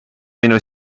minu